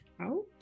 out